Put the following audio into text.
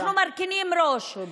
אנחנו מרכינים ראש, תודה.